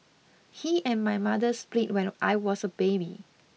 he and my mother split when I was a baby